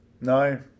No